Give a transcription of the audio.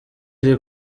iri